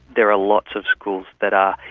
there are lots of schools that are.